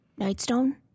Nightstone